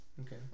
Okay